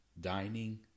dining